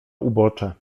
ubocze